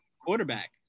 quarterback